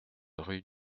rue